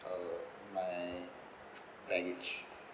uh my baggage